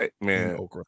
man